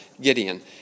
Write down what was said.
Gideon